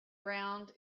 round